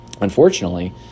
Unfortunately